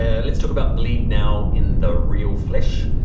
ah let's talk about bleed now, in the real flesh.